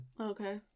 Okay